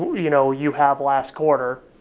you know you have last quarter?